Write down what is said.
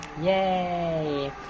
Yay